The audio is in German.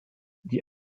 die